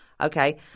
okay